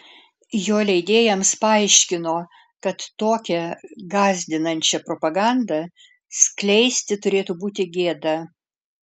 jo leidėjams paaiškino kad tokią gąsdinančią propagandą skleisti turėtų būti gėda